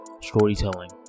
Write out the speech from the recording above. storytelling